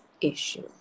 issue